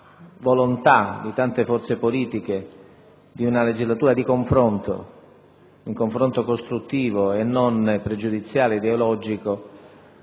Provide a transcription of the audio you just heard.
volontà di tante forze politiche di dare vita ad una legislatura di confronto, un confronto costruttivo e non pregiudiziale o ideologico,